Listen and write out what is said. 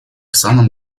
самом